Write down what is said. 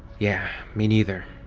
yeah, me neither.